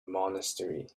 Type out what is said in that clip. monastery